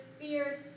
fierce